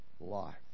life